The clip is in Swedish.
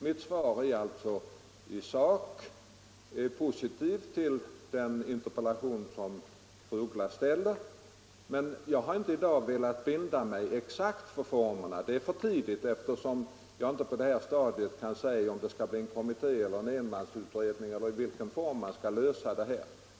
Mitt svar på den interpellation som fru af Ugglas framställt är alltså i sak positivt, men jag har inte i dag velat binda mig exakt för formerna. Det är för tidigt att göra det, eftersom jag inte på det här stadiet kan säga om utredningen skall vara en kommitté, en enmansutredning eller någon annan form av utredning.